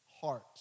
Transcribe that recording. heart